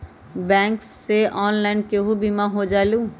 Bank से online केहु बिमा हो जाईलु?